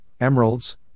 emeralds